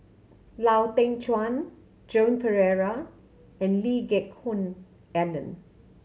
Lau Teng Chuan Joan Pereira and Lee Geck Hoon Ellen